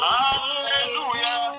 hallelujah